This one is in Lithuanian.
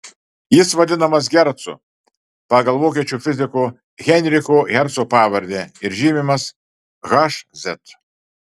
jis vadinamas hercu pagal vokiečių fiziko heinricho herco pavardę ir žymimas hz